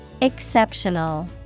Exceptional